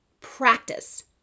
practice